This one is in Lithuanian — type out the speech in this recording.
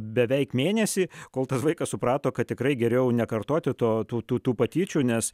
beveik mėnesį kol tas vaikas suprato kad tikrai geriau nekartoti to tų tų tų patyčių nes